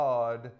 God